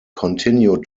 continued